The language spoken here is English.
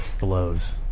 blows